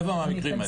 ברבע מהמקרים האלה.